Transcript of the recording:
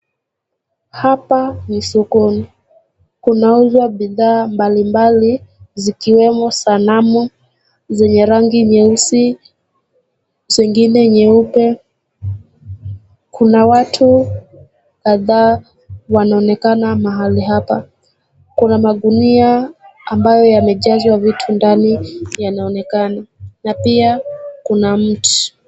Hapa ni sokoni. Kuna uzwa bidhaa mbalimbali zikiwemo sanamu zenye rangi nyeusi zengine nyeupe. Kuna watu kadhaa wanaonekana mahali hapa. Kuna magunia ambayo yamejazwa vitu ndani yanaonekana. Na pia kuna mtu.